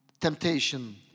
temptation